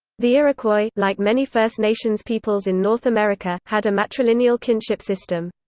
the iroquois, like many first nations peoples in north america, had a matrilineal kinship system.